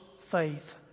faith